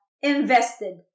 invested